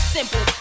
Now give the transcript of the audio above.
simple